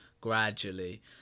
gradually